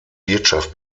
wirtschaft